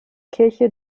kirche